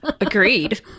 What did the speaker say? agreed